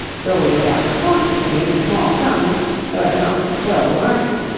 doling it out cautiously in small sums so as not to spoil the market.